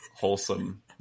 wholesome